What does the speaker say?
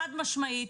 חד משמעית.